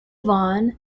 vaughan